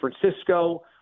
Francisco